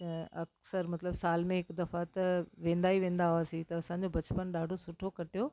अक्सरि मतिलबु साल में हिकु दफ़ा त वेंदा ई वेंदा हुआसीं त असांजो बचपन ॾाढो सुठो कटियो